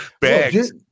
bags